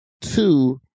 Two